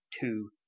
Two